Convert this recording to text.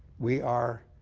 we are,